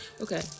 Okay